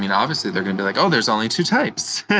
and obviously they're gonna be like, oh, there's only two types!